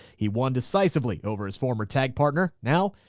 he won decisively over his former tag partner. now,